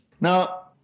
Now